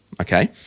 okay